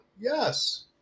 Yes